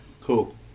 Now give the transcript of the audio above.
Cool